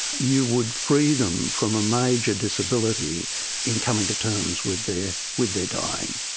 you would free them from a major disability in coming to terms with their with their dying.